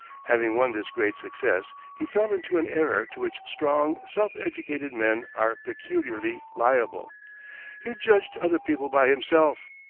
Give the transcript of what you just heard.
having won this great success, he fell into an error to which strong, self-educated men are peculiarly liable he judged other people by himself.